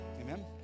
Amen